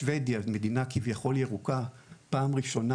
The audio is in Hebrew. שבדיה, מדינה כביכול ירוקה פעם ראשונה